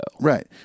Right